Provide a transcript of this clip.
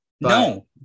No